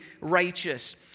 righteous